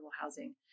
housing